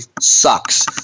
sucks